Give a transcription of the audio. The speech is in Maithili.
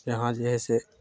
यहाँ जे हइ से